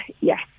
yes